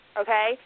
okay